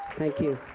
thank you.